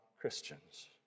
Christians